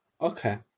Okay